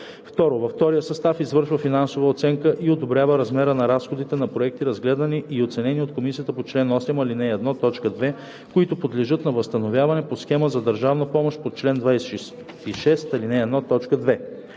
6; 2. във втория състав извършва финансова оценка и одобрява размера на разходите на проекти, разгледани и оценени от комисията по чл. 8, ал. 1, т. 2, които подлежат на възстановяване по схема за държавна помощ по чл. 26, ал.